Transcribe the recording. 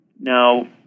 now